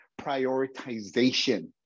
prioritization